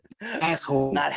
Asshole